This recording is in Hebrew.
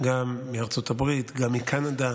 גם מארצות הברית, גם מקנדה,